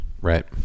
Right